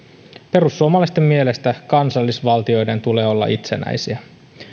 perussuomalaisten mielestä kansallisvaltioiden tulee olla itsenäisiä